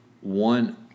one